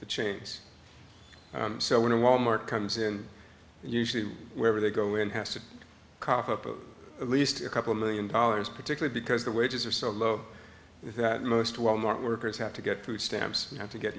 the chains so when a wal mart comes in usually wherever they go in has to cough up at least a couple million dollars particular because the wages are so low that most wal mart workers have to get food stamps have to get